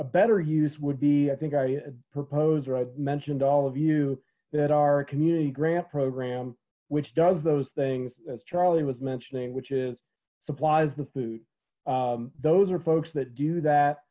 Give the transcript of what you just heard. a better use would be i think i proposed or i mentioned all of you that are a community grant program which does those things as charlie was mentioning which is supplies the food those are folks that do that